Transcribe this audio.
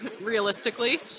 realistically